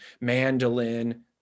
mandolin